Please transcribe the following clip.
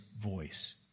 voice